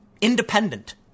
independent